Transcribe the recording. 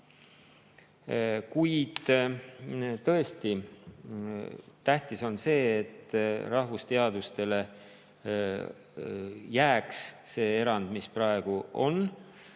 Kuid tõesti on tähtis, et rahvusteadustele jääks see erand, mis praegu on.